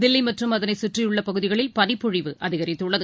தில்லிமற்றும் அதனைச் சுற்றியுள்ளபகுதிகளில் பனிப்பொழிவு அதிகரித்துள்ளது